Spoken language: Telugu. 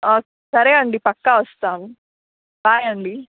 సరే అండీ పక్కా వస్తాం బాయ్ అండీ